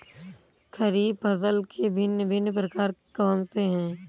खरीब फसल के भिन भिन प्रकार कौन से हैं?